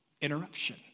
Interruption